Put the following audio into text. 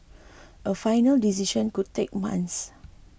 a final decision could take months